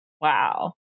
Wow